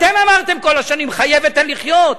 אתם אמרתם כל השנים: חיה ותן לחיות.